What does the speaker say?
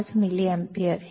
5 milliampere